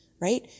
right